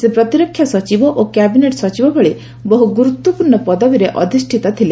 ସେ ପ୍ରତିରକ୍ଷା ସଚିବ ଓ କ୍ୟାବିନେଟ୍ ସଚିବ ଭଳି ବହୁ ଗୁରୁତ୍ୱପୂର୍ଣ୍ଣ ପଦବୀରେ ଅବସ୍ଥାପିତ ଥିଲେ